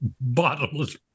bottomless